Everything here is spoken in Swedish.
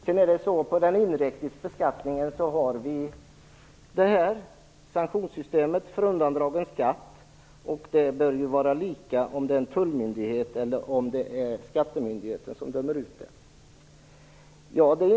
Vi har också i den inrikes beskattningen ett sanktionssystem för undandragen skatt, och ett sådant system bör fungera lika oavsett om det är en tullmyndighet eller en skattemyndighet som utdömer beloppet.